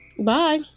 bye